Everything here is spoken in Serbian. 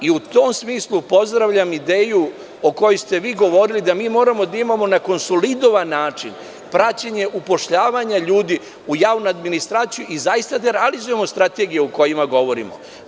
U tom smislu pozdravljam ideju o kojoj ste vi govorili, da mi moramo da imamo na konsolidovan način praćenje upošljavanja ljudi u javnoj administraciji i zaista da realizujemo strategije o kojima govorimo.